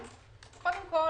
- קודם כל,